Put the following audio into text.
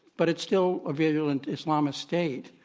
but it's still a virulent islamist state.